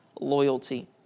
loyalty